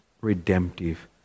redemptive